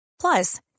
Plus